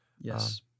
Yes